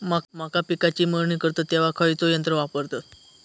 मका पिकाची मळणी करतत तेव्हा खैयचो यंत्र वापरतत?